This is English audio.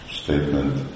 statement